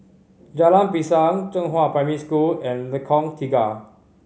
Jalan Pisang Zhenghua Primary School and Lengkong Tiga